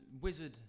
wizard